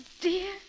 dear